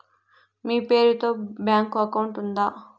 మీ పేరు తో bank account ఉందా?